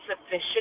sufficient